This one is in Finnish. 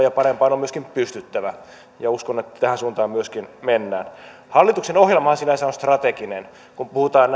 ja parempaan on myöskin pystyttävä uskon että tähän suuntaan myöskin mennään hallituksen ohjelmahan sinänsä on strateginen kun puhutaan